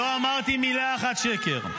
לא אמרתי מילה אחת שקר.